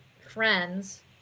friends